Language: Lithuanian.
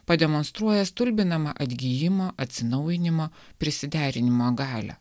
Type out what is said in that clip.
pademonstruoja stulbinamą atgijimo atsinaujinimo prisiderinimo galią